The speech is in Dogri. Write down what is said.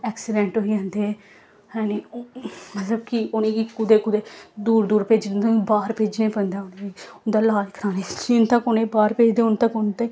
ऐक्सिडैंट होई जंदे है नी मतलब कि उ'नें गी कुतै कुतै दूर दूर भेजने बाह्र भेजना पैंदा उ'नें गी उं'दा लाज कराने गी जिन्न तक्क उ'नें गी बाह्र भेजदे उन्ने तक उं'दे